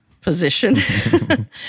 position